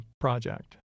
project